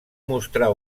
mostrar